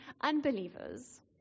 unbelievers